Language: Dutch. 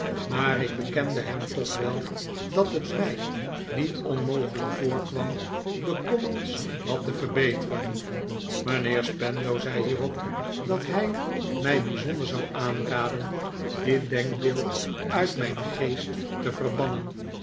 maar ik bekende hem toch wel dat t mij niet onmogelijk voorkwam de commons wat te verbeteren mijnheer spenlow zei hierop dat hij mij bijzonder zou aanraden dit denkbeeld uit mijn geest te verbannen